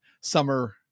summer